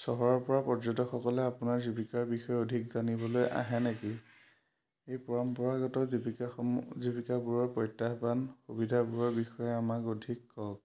চহৰৰপৰা পৰ্যটকসকলে আপোনাৰ জীৱিকাৰ বিষয়ে অধিক জানিবলৈ আহে নেকি এই পৰম্পৰাগত জীৱিকাসমূহ জীৱিকাবোৰৰ প্ৰত্যাহ্বান সুবিধাবোৰৰ বিষয়ে আমাক অধিক কওক